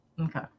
Okay